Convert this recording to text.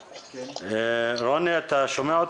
שלום,